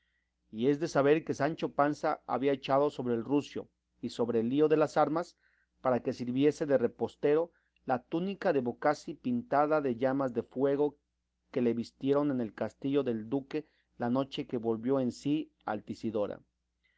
y es de saber que sancho panza había echado sobre el rucio y sobre el lío de las armas para que sirviese de repostero la túnica de bocací pintada de llamas de fuego que le vistieron en el castillo del duque la noche que volvió en sí